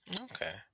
Okay